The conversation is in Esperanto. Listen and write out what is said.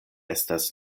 estas